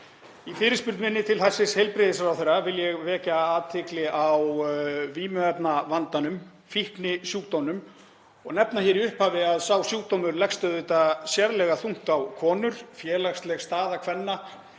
Í fyrirspurn minni til hæstv. heilbrigðisráðherra vil ég vekja athygli á vímuefnavandanum, fíknisjúkdómnum, og nefna í upphafi að sá sjúkdómur leggst auðvitað sérlega þungt á konur. Félagsleg staða kvenna